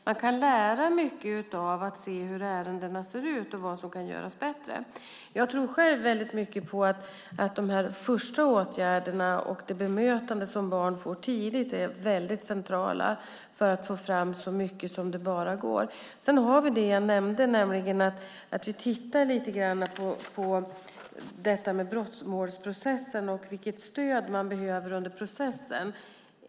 Man kan lära sig mycket av hur ärendena ser ut när det gäller vad som kan göras bättre. Jag tror att de första åtgärderna och det bemötande som barnen får tidigt är väldigt centralt för att man ska få fram så mycket som möjligt. Vi tittar på brottmålsprocessen och vilket stöd man behöver under processen.